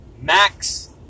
max